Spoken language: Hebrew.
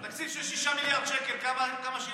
תקציב של 6 מיליארד שקל, כמה שילמתם